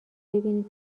ببینید